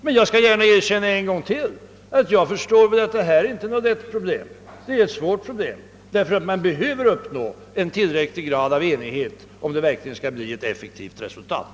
Men jag skall gärna erkänna en gång till, att jag förstår att detta inte är ett lätt problem; det är svårt därför att man behöver uppnå en tillräcklig grad av enighet, om det verkligen skall bli ett effektivt resultat.